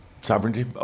Sovereignty